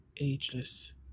Ageless